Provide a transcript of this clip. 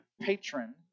patron